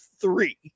three